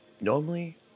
Normally